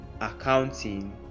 accounting